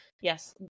yes